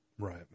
Right